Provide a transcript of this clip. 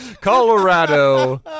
Colorado